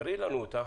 תראי לנו אותם.